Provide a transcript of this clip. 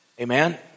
Amen